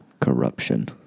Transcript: corruption